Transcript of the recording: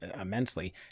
immensely